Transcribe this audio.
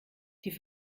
die